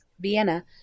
Vienna